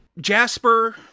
Jasper